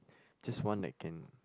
just want like and